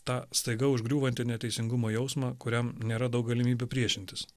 tą staiga užgriūvantį neteisingumo jausmą kuriam nėra daug galimybių priešintis